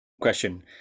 question